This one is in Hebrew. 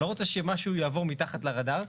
אני לא רוצה שמשהו יעבור מתחת לרדאר,